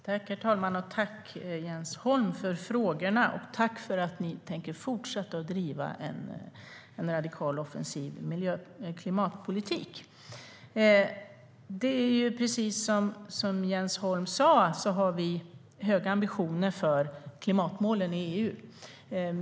Herr talman! Tack, Jens Holm, för frågorna, och tack för att ni tänker fortsätta att driva en radikal och offensiv miljö och klimatpolitik! Precis som Jens Holm sa har vi höga ambitioner för klimatmålen i EU.